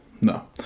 no